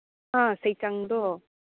ꯑꯥ ꯁꯩꯆꯪꯗꯣ